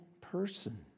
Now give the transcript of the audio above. person